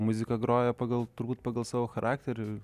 muziką groja pagal turbūt pagal savo charakterį